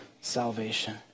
salvation